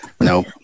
no